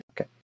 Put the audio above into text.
Okay